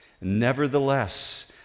Nevertheless